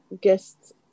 guests